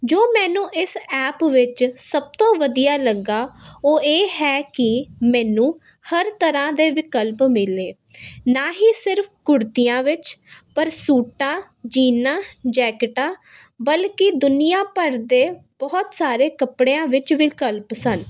ਜੋ ਮੈਨੂੰ ਇਸ ਐਪ ਵਿੱਚ ਸਭ ਤੋਂ ਵਧੀਆ ਲੱਗਾ ਉਹ ਇਹ ਹੈ ਕਿ ਮੈਨੂੰ ਹਰ ਤਰ੍ਹਾਂ ਦੇ ਵਿਕਲਪ ਮਿਲੇ ਨਾ ਹੀ ਸਿਰਫ਼ ਕੁੜਤੀਆਂ ਵਿੱਚ ਪਰ ਸੂਟਾਂ ਜੀਨਾ ਜੈਕਟਾਂ ਬਲਕਿ ਦੁਨੀਆਂ ਭਰ ਦੇ ਬਹੁਤ ਸਾਰੇ ਕੱਪੜਿਆਂ ਵਿੱਚ ਵਿਕਲਪ ਸਨ